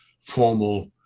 formal